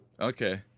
Okay